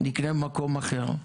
נקנה במקום אחר.